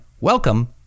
welcome